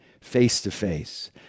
face-to-face